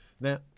Now